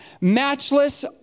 matchless